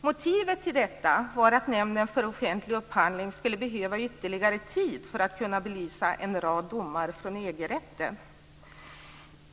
Motivet till detta var att nämnden för offentlig upphandling skulle behöva ytterligare tid för att kunna belysa en rad domar från EG-rätten.